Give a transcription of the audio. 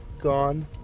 gone